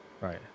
Right